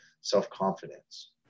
self-confidence